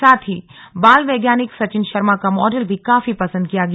साथ ही बाल वैज्ञानिक सचिन शर्मा का मॉडल भी काफी पसंद किया गया